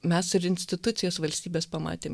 mes ir institucijos valstybes pamatėm